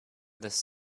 this